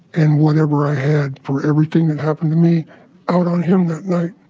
and whatever i had for everything that happened to me out on him that night.